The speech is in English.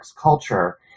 culture